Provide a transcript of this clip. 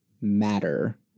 matter